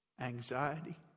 anxiety